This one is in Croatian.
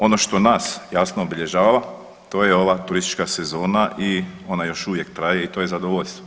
Ono što nas, jasno, obilježava, to je ova turistička sezona i ona još uvijek traje i to je zadovoljstvo.